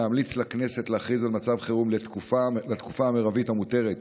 להמליץ לכנסת להכריז על מצב חירום לתקופה המרבית המותרת